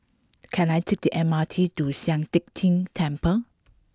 can I take the M R T to Sian Teck Tng Temple